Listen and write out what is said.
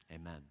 amen